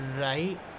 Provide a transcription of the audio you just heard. Right